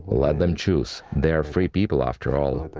let them choose, they are free people after all.